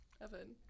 Evan